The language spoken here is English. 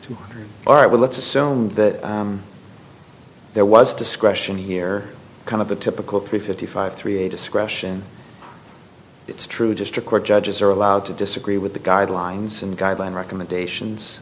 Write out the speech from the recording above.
three all right well let's assume that there was discretion here kind of a typical three fifty five three a discretion it's true district court judges are allowed to disagree with the guidelines and guideline recommendations